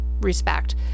Respect